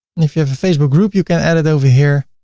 if you have a facebook group, you can add it over here.